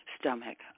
stomach